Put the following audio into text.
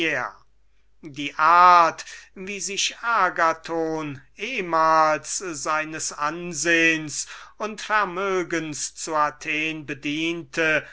die art wie sich agathon ehmals seines ansehens und vermögens zu athen bedient